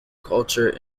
culture